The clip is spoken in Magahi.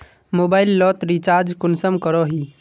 मोबाईल लोत रिचार्ज कुंसम करोही?